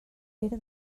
era